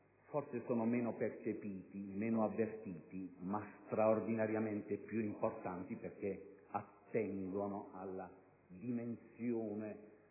forse sono meno percepiti, meno avvertiti, ma straordinariamente più importanti perché attengono alla dimensione